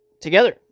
together